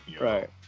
Right